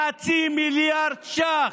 חצי מיליארד ש"ח.